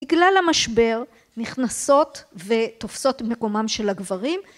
בגלל המשבר נכנסות ותופסות מקומם של הגברים